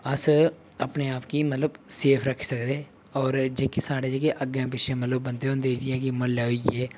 अस अपने आप गी मतलब सेफ रक्खी सकदे होर जेह्की स्हाड़े जेह्कीअग्गें पिच्छे जेह्ड़े मतलब बन्दे होंदे जि'यां कि म्हल्ले होई गे